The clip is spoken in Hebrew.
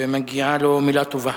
ומגיעה לו מלה טובה.